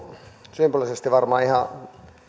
symbolisesti varmaan ihan